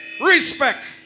respect